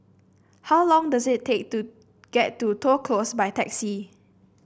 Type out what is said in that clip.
how long does it take to get to Toh Close by taxi